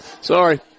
sorry